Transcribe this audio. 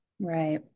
Right